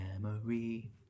memory